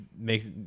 makes